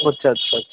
ও আচ্ছা আচ্ছা আচ্ছা